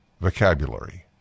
Vocabulary